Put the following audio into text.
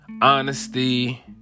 honesty